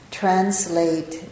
translate